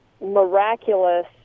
miraculous